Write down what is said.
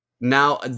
now